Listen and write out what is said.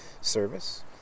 service